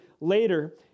later